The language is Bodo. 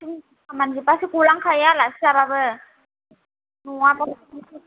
खामानि जोबब्लासो गलांखायो आलासि जाब्लाबो नङाबा माथो